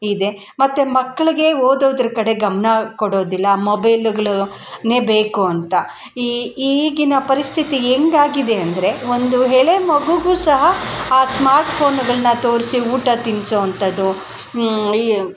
ಇದೆ ಮತ್ತು ಮಕ್ಳಿಗೆ ಓದೋದ್ರ ಕಡೆ ಗಮನ ಕೊಡೋದಿಲ್ಲ ಮೊಬೈಲುಗಳು ನೇ ಬೇಕು ಅಂತ ಈ ಈಗಿನ ಪರಿಸ್ಥಿತಿ ಹೆಂಗಾಗಿದೆ ಅಂದರೆ ಒಂದು ಎಳೆ ಮಗುಗೂ ಸಹ ಆ ಸ್ಮಾರ್ಟ್ ಫೋನುಗಳನ್ನ ತೋರಿಸಿ ಊಟ ತಿನ್ನಿಸೊ ಅಂಥದ್ದು ಈ